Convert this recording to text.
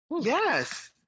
Yes